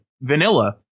Vanilla